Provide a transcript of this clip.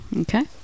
Okay